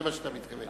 זה מה שאתה מתכוון.